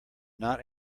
not